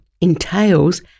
entails